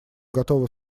готова